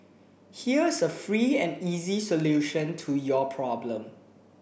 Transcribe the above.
here's a free and easy solution to your problem